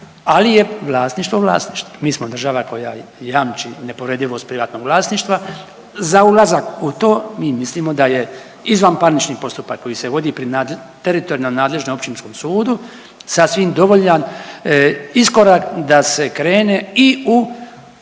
ali je vlasništvo vlasništvo. Mi smo država koja jamči nepovredivost privatnog vlasništva. Za ulazak u to mi mislimo da je izvanparnični postupak koji se vodi pri teritorijalno nadležnom općinskom sudu sasvim dovoljan iskorak da se krene i u